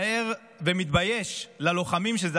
אני מצטער ומתבייש בפני הלוחמים שזו